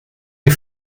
die